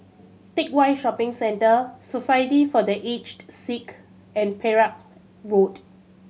Teck Whye Shopping Centre Society for The Aged Sick and Perak Road